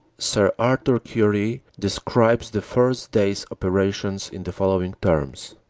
sir arthur currie describes the first day's operations in the following terms